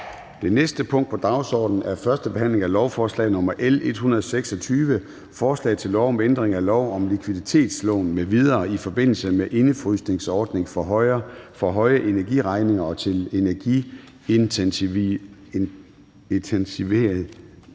Det næste punkt på dagsordenen er: 5) 1. behandling af lovforslag nr. L 126: Forslag til lov om ændring af lov om likviditetslån m.v. i forbindelse med indefrysningsordning for høje energiregninger og til energiintensive virksomheder